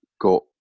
got